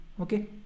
Okay